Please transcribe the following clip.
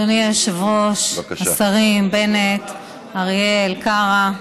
אדוני היושב-ראש, השרים בנט, אריאל, קרא,